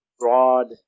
broad